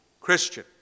Christian